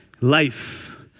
life